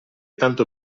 tanto